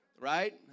right